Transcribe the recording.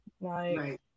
Right